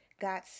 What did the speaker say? got